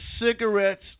cigarettes